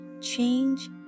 change